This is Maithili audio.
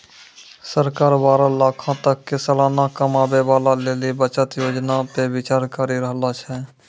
सरकार बारह लाखो तक के सलाना कमाबै बाला लेली बचत योजना पे विचार करि रहलो छै